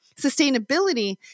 sustainability